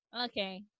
Okay